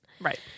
Right